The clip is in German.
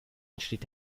entsteht